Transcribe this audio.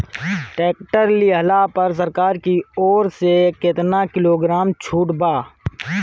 Tractor लिहला पर सरकार की ओर से केतना किलोग्राम छूट बा?